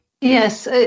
Yes